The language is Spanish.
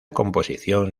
composición